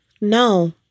No